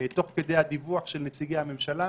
תוך כדי הדיווח של נציגי הממשלה.